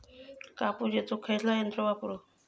कापूस येचुक खयला यंत्र वापरू?